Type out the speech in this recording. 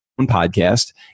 podcast